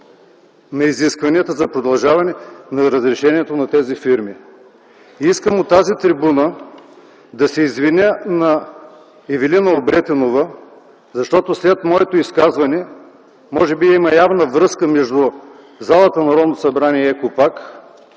на изискванията за продължаване на разрешението на тези фирми? Искам от тази трибуна да се извиня на Ивелина Обретенова, защото след моето изказване – може би има явна връзка между залата на Народното събрание и „Екопак”